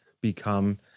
become